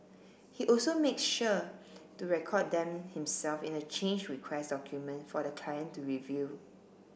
he also makes sure to record them himself in a change request document for the client to review